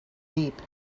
deep